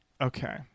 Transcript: Okay